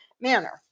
manner